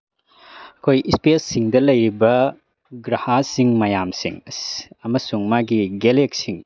ꯑꯩꯈꯣꯏ ꯏꯁꯄꯦꯁꯁꯤꯡꯗ ꯂꯩꯔꯤꯕ ꯒ꯭ꯔꯍꯥꯁꯤꯡ ꯃꯌꯥꯝꯁꯤꯡ ꯑꯃꯁꯨꯡ ꯃꯥꯒꯤ